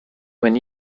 when